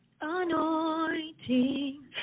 anointing